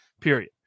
period